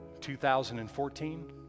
2014